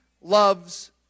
loves